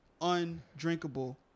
undrinkable